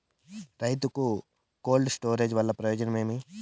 రైతుకు cold storage వల్ల ప్రయోజనం ఏమి?